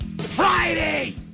Friday